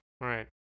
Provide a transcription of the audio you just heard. Right